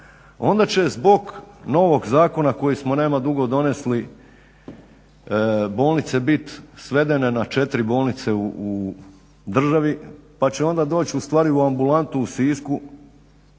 onda će zbog novog zakona koji smo nema dugo donijeli bolnice biti svedene na 4 bolnice u državi pa će onda doći ustvari u ambulantu u Sisku